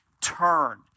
Turn